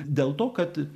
dėl to kad